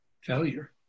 failure